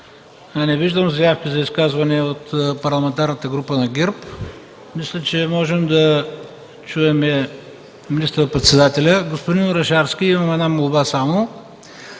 не виждам заявки за изказвания от Парламентарната група на ГЕРБ, мисля, че можем да чуем министър-председателя. Господин Орешарски, имам една молба.